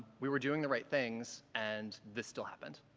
we were doing the right things and this still happened.